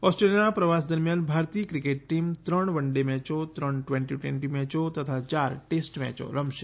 ઓસ્ટ્રેલિયાનાં પ્રવાસ દરમ્યાન ભારતીય ક્રિકેટ ટીમ ત્રણ વનડ મેચોત્રણ ટ્વેન્ટી ટ્વેન્ટી મેચો તથા ચાર ટેસ્ટ મેચો રમશે